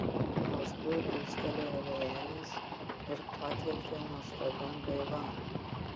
paskui pūstelėjo vėjelis ir padvelkė nuostabia gaiva